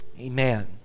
amen